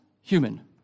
human